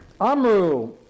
Amru